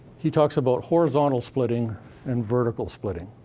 he talks about horizontal splitting and vertical splitting.